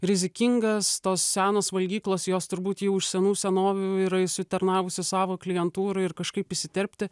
rizikingas tos senos valgyklos jos turbūt jau iš senų senovių yra įsitarnavusi savo klientūrą ir kažkaip įsiterpti